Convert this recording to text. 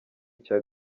icya